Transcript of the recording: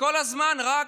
וכל הזמן רק